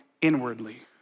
inwardly